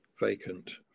vacant